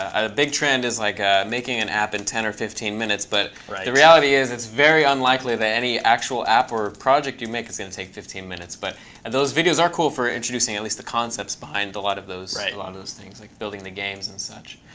a big trend is like ah making an app in ten or fifteen minutes. but the reality is it's very unlikely that any actual app or project you make is going to take fifteen minutes. but and those videos are cool for introducing at least the concepts behind a lot of those ideas things, like building the games and such.